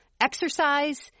Exercise